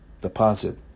deposit